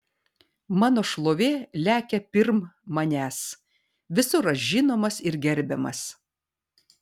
mano šlovė lekia pirm manęs visur aš žinomas ir gerbiamas